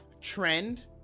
trend